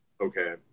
okay